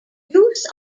use